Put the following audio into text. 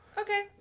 okay